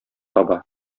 таба